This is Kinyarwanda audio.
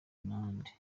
n’ahandi